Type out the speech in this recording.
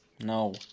No